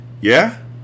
Yeah